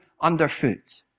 underfoot